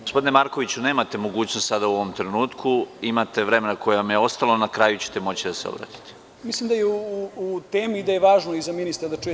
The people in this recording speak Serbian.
Gospodine Markoviću, nemate mogućnost sada u ovom trenutku, imate vreme koje vam je ostalo i na kraju ćete moći da se obratite. (Jovan Marković, s mesta: Mislim da je u temi i da je važno i za ministra da čuje.